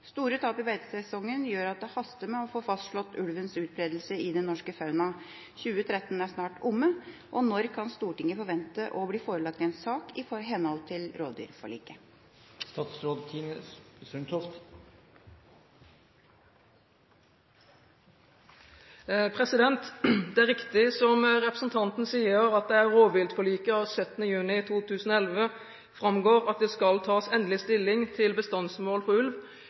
Store tap i beitesesongen gjør at det haster med å få fastslått ulvens utbredelse i den norske fauna. 2013 er snart omme. Når kan Stortinget forvente å bli forelagt en sak i henhold til rovdyrforliket?» Det er riktig som representanten sier, at det av rovviltforliket av 17. juni 2011 framgår at det skal tas endelig stilling til bestandsmål for ulv